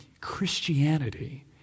Christianity